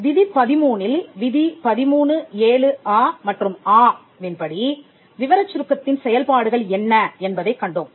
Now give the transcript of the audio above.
விதி 13 இல் விதி13அ மற்றும் ஆவின் படி விவரச் சுருக்கத்தின் செயல்பாடுகள் என்ன என்பதைக் கண்டோம்